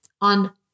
on